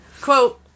Quote